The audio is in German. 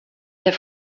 der